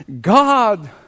God